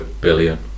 billion